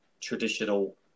traditional